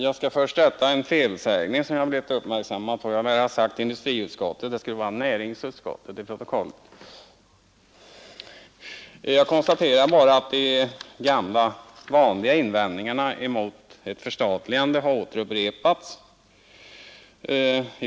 Herr talman! Jag konstaterar bara att de gamla vanliga invändningarna ifrån tidigare år mot ett förstatligande har återupprepats.